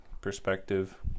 perspective